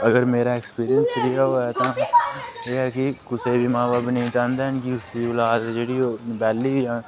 अगर मेरा ऐक्सपीरियंस जेह्ड़ा होआ तां एह् ऐ कि कुसै दे मां बब्ब नेईं चांह्दे ऐ न कि उसदी औलाद जेह्ड़ी बैह्ली जा